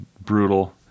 brutal